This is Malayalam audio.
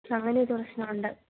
അപ്പോള് അങ്ങനെയൊരു പ്രശ്നമുണ്ട്